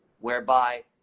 whereby